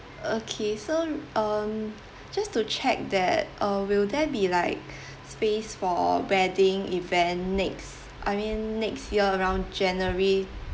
okay so um just to check that uh will there be like space for wedding event next I mean next year around january